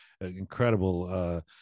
incredible